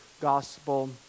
gospel